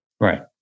Right